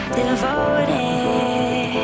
devoted